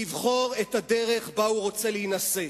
לבחור את הדרך שבה הוא רוצה להינשא.